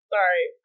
Sorry